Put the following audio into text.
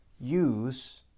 use